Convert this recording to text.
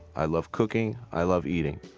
i love cooking, i love eating.